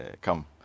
come